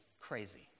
crazy